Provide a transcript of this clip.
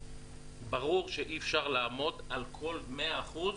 ברור שאי אפשר לעמוד על כל מאה אחוז